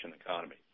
economy